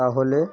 তাহলে